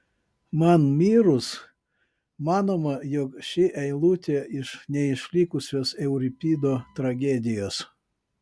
man mirus manoma jog ši eilutė iš neišlikusios euripido tragedijos